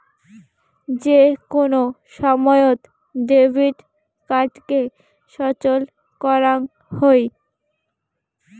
যে কোন সময়ত ডেবিট কার্ডকে সচল করাং হই